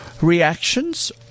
Reactions